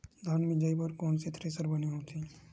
धान मिंजई बर कोन से थ्रेसर बने होथे?